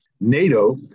NATO